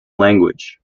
language